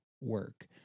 work